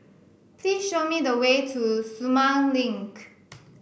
please show me the way to Sumang Link